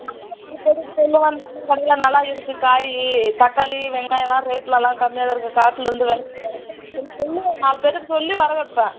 நாங்களும் நாலு பேர்கிட்ட சொல்லுவோம் இந்தமாதிரி இந்த கடையில் நல்லா இருக்கு காய் தக்காளி வெங்காயம்லாம் ரேட்லலாம் கம்மியாக தான் இருக்கு காட்டில் இருந்து விளஞ்சி வர்றதுனால நாங்கள் சொல்லுவோம் நாலு பேர்த்துகிட்ட சொல்லி வர வைப்பேன்